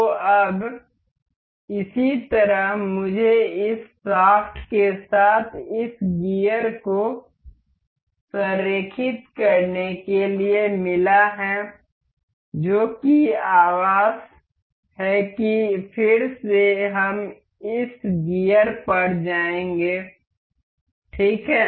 तो अब इसी तरह मुझे इस शाफ्ट के साथ इस गियर को संरेखित करने के लिए मिला है जो कि आवास है कि फिर से हम इस गियर पर जाएंगे ठीक है